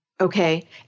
okay